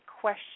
question